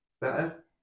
better